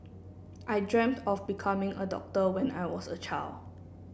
I dreamt of becoming a doctor when I was a child